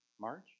March